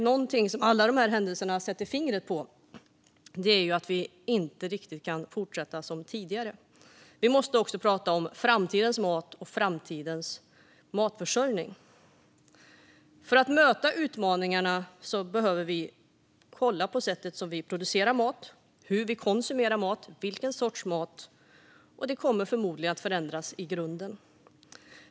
Någonting som alla dessa händelser sätter fingret på är att vi inte kan fortsätta som tidigare. Vi måste också prata om framtidens mat och framtidens matförsörjning. För att möta utmaningarna behöver vi kolla på hur vi producerar och konsumerar mat samt på vilken sorts mat det rör sig om. Det kommer förmodligen att förändras i grunden.